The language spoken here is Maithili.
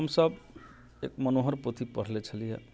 हमसब मनोहर पोथी पढ़ले छलियै